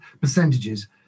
percentages